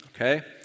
Okay